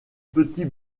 petit